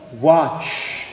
watch